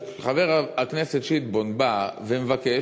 כשחבר הכנסת שטבון בא ומבקש,